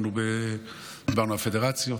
דיברנו על פדרציות.